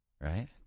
Right